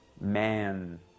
man